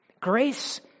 Grace